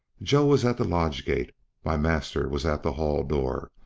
joe was at the lodge gate my master was at the hall door,